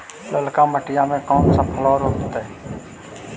ललका मटीया मे कोन फलबा रोपयतय?